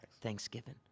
Thanksgiving